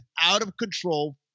out-of-control